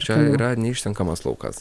čia yra neišsenkamas laukas